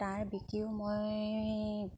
তাৰ বিকিও মই